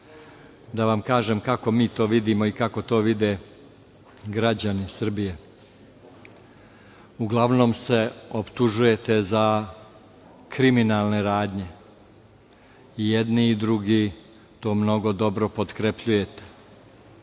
Da vam kažem kako mi to vidimo i kako to vide građani Srbije. Uglavnom se optužujete za kriminalne radnje. Jedni i drugi to mnogo dobro potkrepljujete,